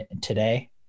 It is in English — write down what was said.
today